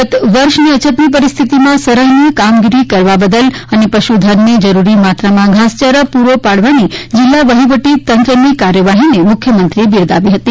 ગત વર્ષની અછતની પરિસ્થિતિમાં સરાહનીય કામગીરી કરવા બદલ અને પશુધનને જરૂરી માત્રામાં ઘાસચારો પુરો પાડવાની જિલ્લા વહીવટીતંત્રની કાર્યવાહીને મુખ્યમંત્રીએ બિરદાવી હતી